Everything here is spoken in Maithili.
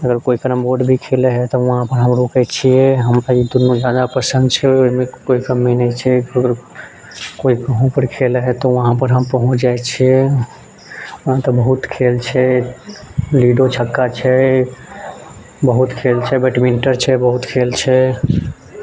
अगर कोइ कैरम बोर्ड भी खेलैत हय तऽ वहाँ पर हम रोकैत छियै हम ई दुनू जादा पसंद छै एहिमे कोइ कमी नहि छै कोइ कहूँ पर खेलैत हय तऽ वहाँ पर हम पहुँच जाइत छियै ओना तऽ बहुत खेल छै लुडो छक्का छै बहुत खेल छै बैडमिंटन छै बहुत खेल छै